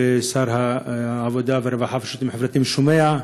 ושר העבודה והרווחה והשירותים החברתיים שומע,